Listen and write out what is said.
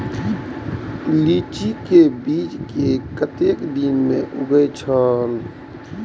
लीची के बीज कै कतेक दिन में उगे छल?